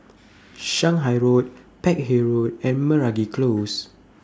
Shanghai Road Peck Hay Road and Meragi Close